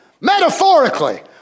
metaphorically